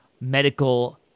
medical